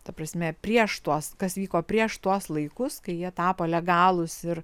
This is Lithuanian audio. ta prasme prieš tuos kas vyko prieš tuos laikus kai jie tapo legalūs ir